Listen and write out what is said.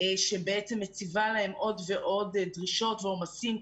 שבעצם מציבה להן עוד ועוד דרישות ועומסים.